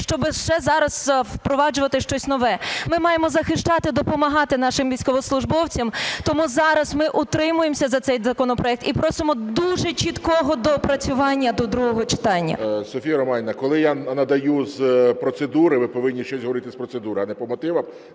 щоби ще зараз впроваджувати щось нове. Ми маємо захищати допомагати нашим військовослужбовцям, тому зараз ми утримуємся за цей законопроект. І просимо дуже чіткого доопрацювання до другого читання. ГОЛОВУЮЧИЙ. Софія Романівна, коли я надаю з процедури, ви повинні щось говорити з процедури, а не по мотивах.